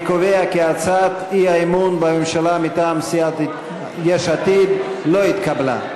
אני קובע כי הצעת האי-אמון בממשלה מטעם סיעת יש עתיד לא התקבלה.